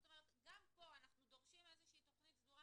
זאת אומרת גם פה אנחנו דורשים מהם תכנית סדורה,